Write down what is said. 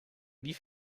wie